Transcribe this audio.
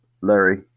Larry